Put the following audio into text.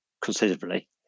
considerably